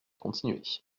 continuait